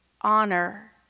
honor